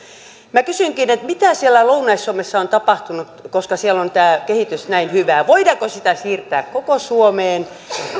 minä kysynkin mitä siellä lounais suomessa on tapahtunut koska siellä on tämä kehitys näin hyvää voidaanko sitä siirtää koko suomeen